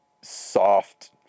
soft